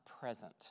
present